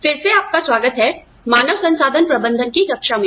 फिर से आपका स्वागत है मानव संसाधन प्रबंधन की कक्षा में